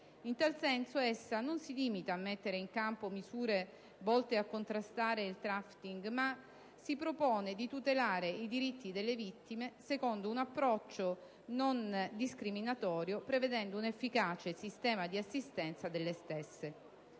In tal senso essa non si limita a mettere in campo misure volte a contrastare il *trafficking*, ma si propone di tutelare i diritti delle vittime secondo un approccio non discriminatorio, prevedendo un efficace sistema di assistenza delle stesse.